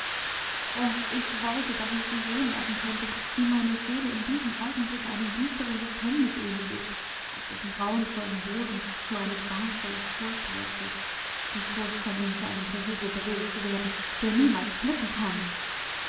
o ich wollte daß ich sie sehen lassen könnte wie meine seele in diesem augenblicke einem düsteren gefängnis ähnlich ist auf dessen grauenvollem boden nur eine qualvolle furcht wurzelt die furcht von ihnen zu einem versuch überredet zu werden der niemals glücken kann